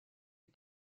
les